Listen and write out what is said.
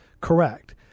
correct